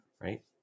Right